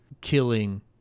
killing